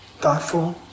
thoughtful